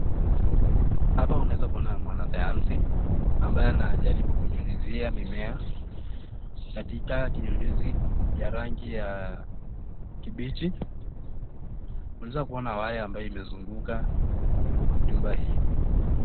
Hapa unaweza kuona mwana sayansi ambaye anajaribu kunyunyizia mimea, katika kinyunyuzi ya rangi ya kibichi, unaweza kuona waya ambayo imezunguka nyumba hii.